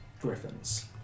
griffins